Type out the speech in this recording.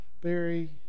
Barry